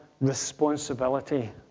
responsibility